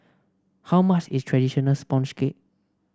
how much is traditional sponge cake